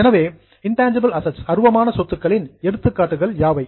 எனவே intangible assets அருவமான சொத்துக்களின் எடுத்துக்காட்டுகள் யாவை